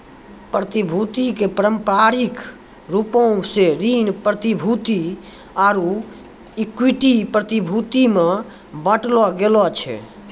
प्रतिभूति के पारंपरिक रूपो से ऋण प्रतिभूति आरु इक्विटी प्रतिभूति मे बांटलो गेलो छै